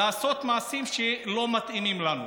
לעשות מעשים שלא מתאימים לנו.